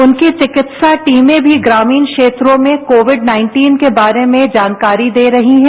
उनकी चिकित्सा टीमें भी ग्रामीण क्षेत्रों में कोविड उन्नीस के बारे में जानकारी दे रही है